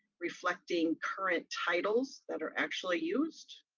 reflecting current titles that are actually used.